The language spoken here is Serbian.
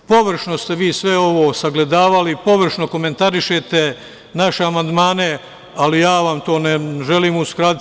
Površno ste vi sve ovo sagledavali, površno komentarišete naše amandmane, ali ja vam to ne želim uskratiti.